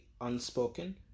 unspoken